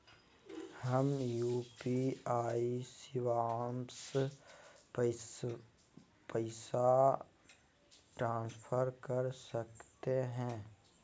हम यू.पी.आई शिवांश पैसा ट्रांसफर कर सकते हैं?